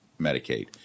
Medicaid